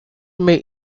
may